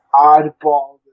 oddball